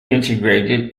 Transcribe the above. integrated